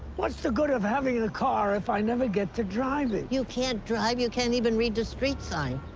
what's the good of having a car if i never get to drive it? you can't drive. you can't even read the street sign.